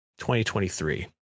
2023